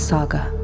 Saga